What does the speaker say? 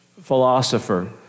philosopher